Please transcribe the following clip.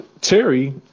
Terry